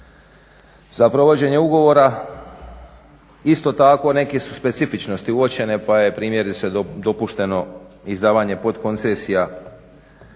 Za provođenje ugovora isto tako neke su specifičnosti uočene pa je primjerice dopušteno izdavanje podkoncesija kad je